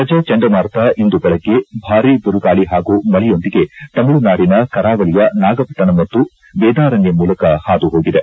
ಗಜ ಚಂಡಮಾರುತ ಇಂದು ಬೆಳಗ್ಗೆ ಭಾರಿ ಬಿರುಗಾಳ ಹಾಗು ಮಳೆಯೊಂದಿಗೆ ತಮಿಳುನಾಡಿನ ಕರಾವಳಿಯ ನಾಗಪಟ್ಟಣಂ ಮತ್ತು ವೇದಾರಣ್ಕಂ ಮೂಲಕ ಹಾದುಹೋಗಿದೆ